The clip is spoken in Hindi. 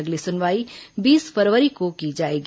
अगली सुनवाई बीस फरवरी को की जाएगी